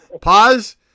Pause